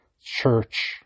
Church